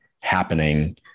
happening